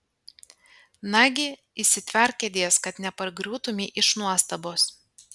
nagi įsitverk kėdės kad nepargriūtumei iš nuostabos